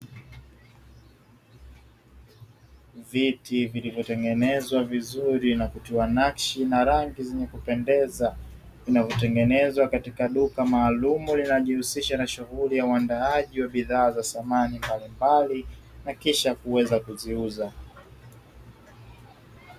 Viti vilivyotengenezwa vizuri na kutiwa nakshi na rangi zenye kupendeza, zinazotengenezwa katika duka maalumu linalojishughulisha na shughuli za uandaaji wa samani mbalimbali, na kisha kuweza kuziuza.